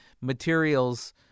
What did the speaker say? materials